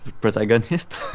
protagonist